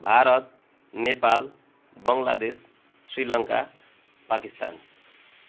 Bharat Nepal Bangladesh Sri Lanka Pakistan